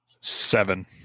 Seven